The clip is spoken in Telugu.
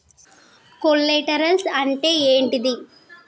కొలేటరల్స్ అంటే ఏంటిది?